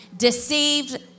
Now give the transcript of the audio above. deceived